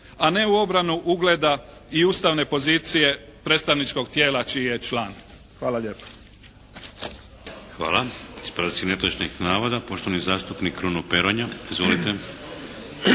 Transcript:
a ne u obranu ugleda i ustavne pozicije predstavničkog tijela čiji je član. Hvala lijepa. **Šeks, Vladimir (HDZ)** Hvala. Ispravci netočnih navoda. Poštovani zastupnik Kruno Peronja. Izvolite!